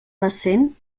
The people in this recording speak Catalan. decent